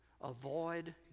avoid